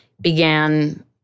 began